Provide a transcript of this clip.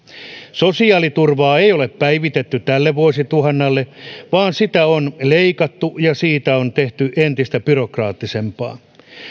sosiaaliturvaa ei ole päivitetty tälle vuosituhannelle vaan sitä on leikattu ja siitä on tehty entistä byrokraattisempaa